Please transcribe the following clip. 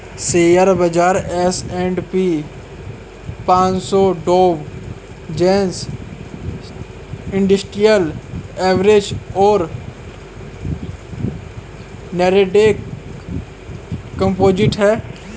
share बाजार S and P पनसो Dow Jones industrial average और नैस्डैक कंपोजिट है